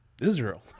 Israel